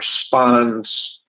responds